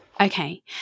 okay